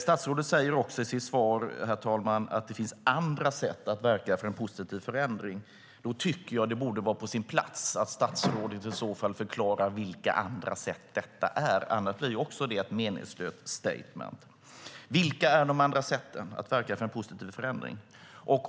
Statsrådet säger också i sitt svar att det finns andra sätt att verka för en positiv förändring. Då tycker jag att det borde vara på sin plats att statsrådet förklarar vilka andra sätt det är fråga om. Annars blir också det ett meningslöst statement. Vilka är de andra sätten att verka för en positiv förändring?